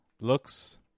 looks